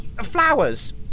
flowers